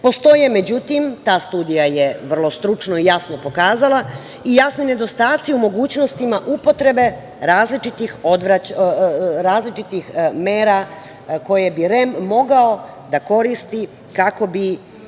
Postoje, međutim, ta studija je vrlo stručno i jasno pokazala, i jasni nedostaci u mogućnostima upotrebe različitih mera koje bi REM mogao da koristi kako bi